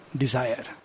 desire